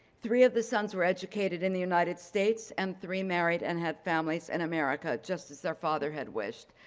three of the sons were educated in the united states and three married and had families in and america, just as their father had wished.